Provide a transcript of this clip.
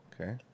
Okay